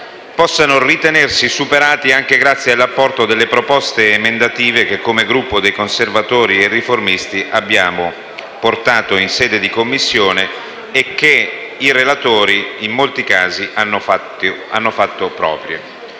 possano ritenersi superati anche grazie all'apporto delle proposte emendative che, come Gruppo dei Conservatori e Riformisti, abbiamo portato in sede di Commissione e che i relatori, in molti casi, hanno fatto propri.